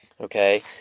okay